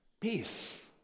Peace